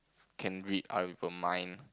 can read other people mind